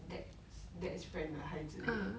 dad's dad's friend 的孩子